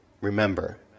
Remember